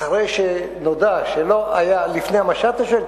אחרי שנודע, לפני המשט אתה שואל?